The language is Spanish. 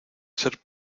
ser